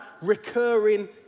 recurring